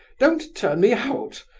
don't turn me out!